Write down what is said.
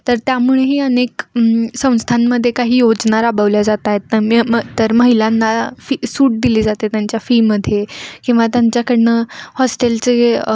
तर त्यामुळेही अनेक संस्थांमध्ये काही योजना राबवल्या जात आहेत तम्य म तर महिलांना फी सूट दिली जाते त्यांच्या फीमध्ये किंवा त्यांच्याकडून हॉस्टेलचे